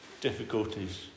difficulties